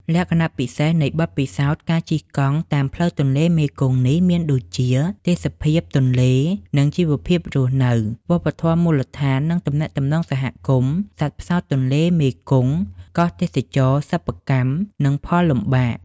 លក្ខណៈពិសេសនៃបទពិសោធន៍ការជិះកង់តាមផ្លូវទន្លេមេគង្គនេះ មានដូចជា ទេសភាពទន្លេ និងជីវភាពរស់នៅ វប្បធម៌មូលដ្ឋាន និងទំនាក់ទំនងសហគមន៍ សត្វផ្សោតទន្លេមេគង្គ កោះទេសចរណ៍ សិប្បកម្ម និងផលវិលំបាក។